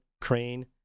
Crane